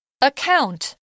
Account